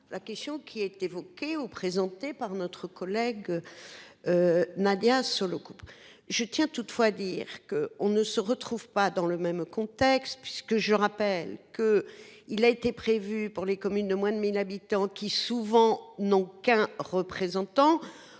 La question qui est évoqué ou présenté par notre collègue. Nadia sur le coup je tiens toutefois dire que on ne se retrouve pas dans le même contexte, puisque je rappelle que, il a été prévu pour les communes de moins de 1000 habitants qui souvent n'ont qu'un représentant